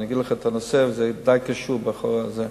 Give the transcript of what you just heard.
אני אגיד לך את הנושא, וזה די קשור בנושא הזה: